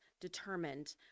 determined